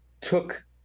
took